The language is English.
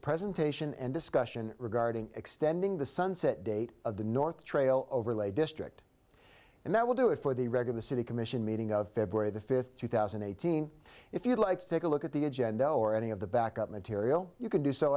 presentation and discussion regarding extending the sunset date of the north trail overlay district and that will do it for the record the city commission meeting of february the fifth two thousand and eighteen if you'd like to take a look at the agenda or any of the backup material you can do so